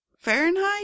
Fahrenheit